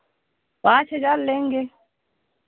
पाँच हज़ार लेंगे